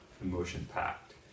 emotion-packed